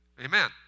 Amen